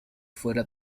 fuera